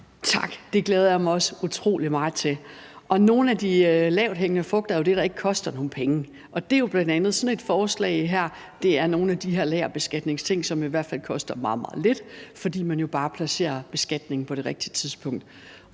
Tak. Det glæder jeg mig også utrolig meget til, og nogle af de lavthængende frugter er jo dem, der ikke koster nogen penge. Det er jo bl.a. sådan et forslag her, og det er nogle af de her lagerbeskatningsting, som i hvert fald koster meget, meget lidt, fordi man jo bare placerer beskatningen på det rigtige tidspunkt.